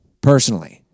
Personally